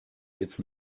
its